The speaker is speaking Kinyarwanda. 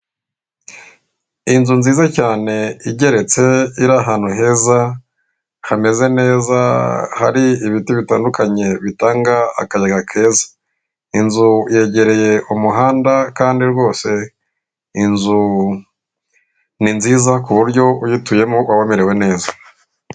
Inzu nziza cyane, igeretse, iri ahantu heza, hameze neza, hari ibiti bitandukanye bitanga akayaga keza. Inzu yegereye umuhanda, kandi rwose inzu ni nziza, ku buryo uyituyemo waba umerewe neza.